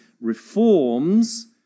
reforms